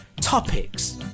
Topics